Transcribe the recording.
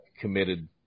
committed